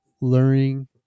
learning